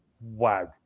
Wow